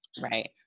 right